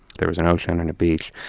there was an ocean and a beach,